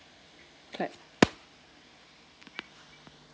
clap